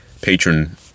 patron